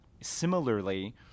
similarly